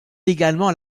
également